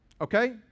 Okay